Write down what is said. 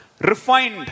refined